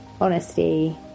honesty